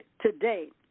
today